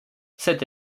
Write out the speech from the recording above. cette